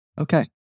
Okay